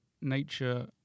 nature